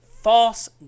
false